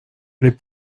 les